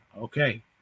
Okay